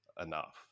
enough